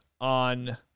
on